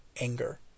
anger